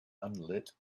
unlit